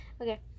Okay